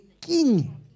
king